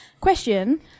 question